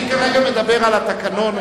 כרגע אני מדבר על התקנון.